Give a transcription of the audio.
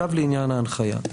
לעניין ההנחיה.